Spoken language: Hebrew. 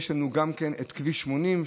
יש לנו גם את כביש 80,